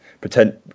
Pretend